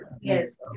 Yes